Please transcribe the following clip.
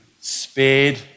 spared